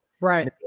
Right